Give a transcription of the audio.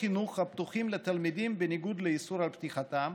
חינוך הפתוחים לתלמידים בניגוד לאיסור על פתיחתם,